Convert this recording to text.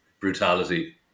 brutality